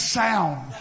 sound